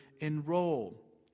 enroll